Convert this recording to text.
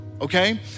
okay